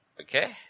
Okay